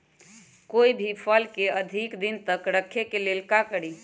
कोई भी फल के अधिक दिन तक रखे के लेल का करी?